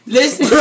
Listen